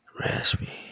raspy